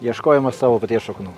ieškojimas savo paties šaknų